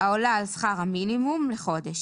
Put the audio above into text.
העולה על שכר המינימום לחודש.